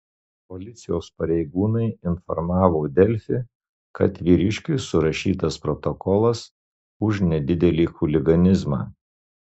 policijos pareigūnai informavo delfi kad vyriškiui surašytas protokolas už nedidelį chuliganizmą